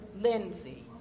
Lindsay